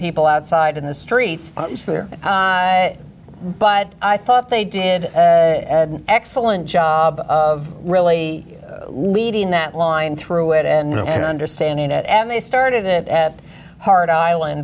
people outside in the streets there but i thought they did excellent job of really leading that line through it and understanding it and they started it at heart island